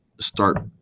start